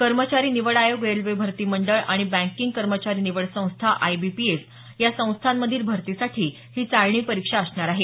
कर्मचारी निवड आयोग रेल्वे भरती मंडळ आणि बँकींग कर्मचारी निवड संस्था आयबीपीएस या संस्थांमधील भरतीसाठी ही चाळणी परीक्षा असणार आहे